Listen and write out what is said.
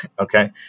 Okay